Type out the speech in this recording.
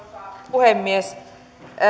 puhemies